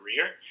career